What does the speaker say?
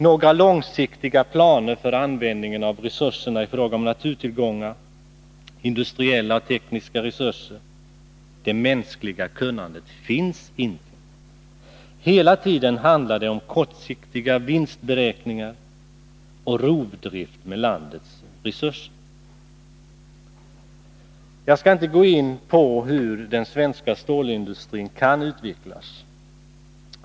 Några långsiktiga planer för användningen av naturtillgångar, industriella och tekniska resurser och det mänskliga kunnandet finns inte. Hela tiden handlar det om kortsiktiga vinstberäkningar och rovdrift med landets resurser. Jag skall inte gå in på hur den svenska stålindustrin kan utvecklas.